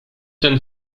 ten